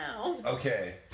Okay